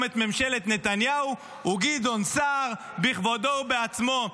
את ממשלת נתניהו הוא גדעון סער בכבודו ובעצמו.